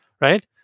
right